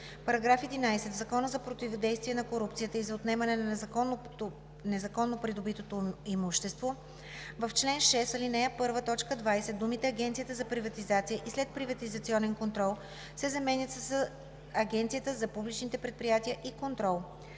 § 11: „§ 11. В Закона за противодействие на корупцията и за отнемане на незаконно придобитото имущество (обн., ДВ, бр. …) в чл. 6, ал. 1, т. 20 думите „Агенцията за приватизация и следприватизационен контрол“ се заменят с „Агенцията за публичните предприятия и контрол“.“